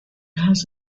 has